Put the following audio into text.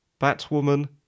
Batwoman